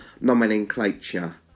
nomenclature